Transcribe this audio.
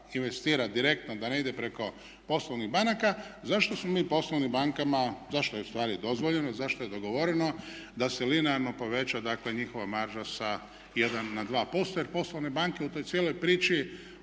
investira direktno, da ne ide preko poslovnih banaka zašto smo mi poslovnim bankama, zašto je u stvari dozvoljeno, zašto je dogovoreno da se linearno poveća, dakle njihova marža sa jedan na dva posto. Jer poslovne banke u toj cijeloj priči